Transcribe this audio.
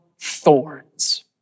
thorns